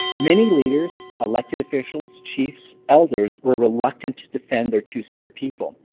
many leaders, elected officials, chiefs, elders were reluctant to defend our two-spirit people.